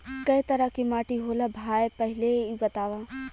कै तरह के माटी होला भाय पहिले इ बतावा?